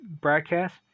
broadcast